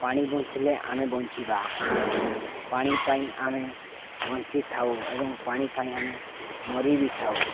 ପାଣି ବଞ୍ଚିଲେ ଆମେ ବଞ୍ଚିବା ପାଣି ପାଇଁ ଆମେ ବଞ୍ଚିଥାଉ ଏବଂ ପାଣି ପାଇଁ ଆମେ ମରି ବିି ଥାଉ